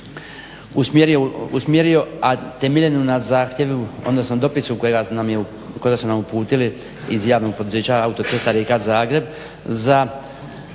usmjerio a temeljenu na zahtjevu odnosno dopisu kojega su nam uputili iz javnih poduzeća autocesta Rijeka-Zagreb za